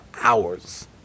hours